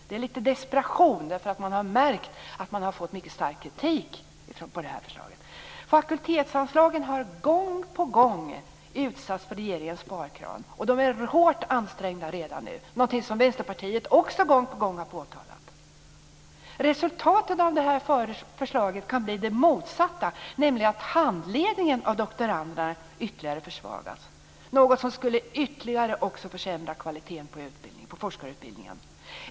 Det är litet desperation därför att man har märkt att man har fått mycket starkt kritik för förslaget. Fakultetsanslagen har gång på gång utsatts för regeringens sparkrav, och de är hårt ansträngda redan nu, något som Vänsterpartiet också gång på gång har påtalat. Resultatet av förslaget kan bli det motsatta, nämligen att handledningen av doktoranderna ytterligare försvagas, vilket ytterligare också skulle försämra kvaliteten på forskarutbildningen.